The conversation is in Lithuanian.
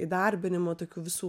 įdarbinimu tokių visų